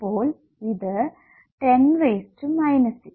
അപ്പോൾ ഇത് 10 6 ഇത് 10 3